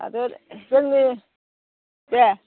दाबो जोंनि दे